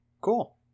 Cool